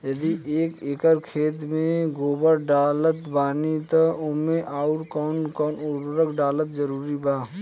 यदि एक एकर खेत मे गोबर डालत बानी तब ओमे आउर् कौन कौन उर्वरक डालल जरूरी बा?